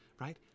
right